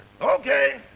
Okay